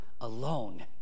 alone